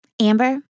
Amber